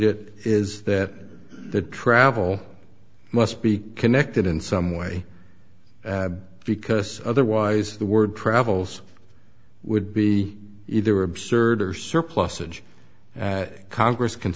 it is that the travel must be connected in some way because otherwise the word travels would be either absurd or surplusage congress can